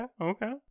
Okay